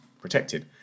protected